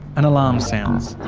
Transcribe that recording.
an alarm sounds.